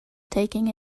taking